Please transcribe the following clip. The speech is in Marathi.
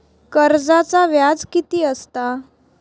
कर्जाचा व्याज कीती असता?